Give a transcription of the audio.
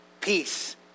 Peace